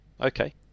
Okay